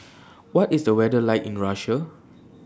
What IS The weather like in Russia